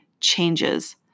changes